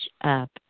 up